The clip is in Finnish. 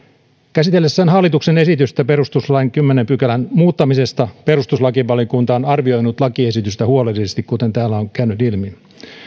käsitellessään hallituksen esitystä perustuslain kymmenennen pykälän muuttamisesta perustuslakivaliokunta on arvioinut lakiesitystä huolellisesti kuten täällä on käynyt ilmi